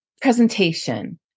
presentation